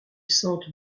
sente